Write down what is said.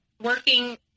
Working